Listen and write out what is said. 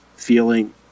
feeling